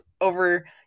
over